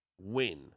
win